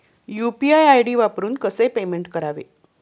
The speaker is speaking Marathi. यु.पी.आय आय.डी वापरून कसे पेमेंट करावे?